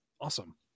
awesome